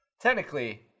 technically